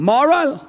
Moral